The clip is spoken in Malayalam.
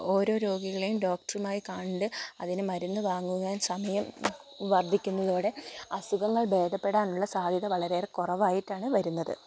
ഓരോ രോഗികളെയും ഡോക്ടരുമായി കണ്ട് അതിനു മരുന്ന് വാങ്ങുവാന് സമയം വര്ദ്ധിക്കുന്നതോടെ അസുഖങ്ങള് ഭേദപ്പെടാന് ഉള്ള സാധൃത വളരെയേറെ കുറവായിട്ടാണ് വരുന്നത്